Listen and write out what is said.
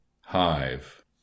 hive